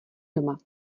doma